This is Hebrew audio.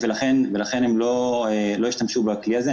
הן לא השתמשו בכלי הזה.